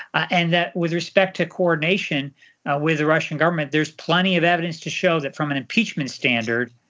and that with respect to coordination with the russian government, there's plenty of evidence to show that from an impeachment standard,